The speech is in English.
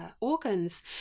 organs